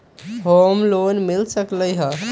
Home loan मिल सकलइ ह?